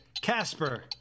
Casper